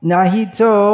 Nahito